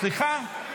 סליחה,